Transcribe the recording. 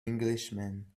englishman